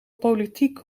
politiek